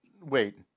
wait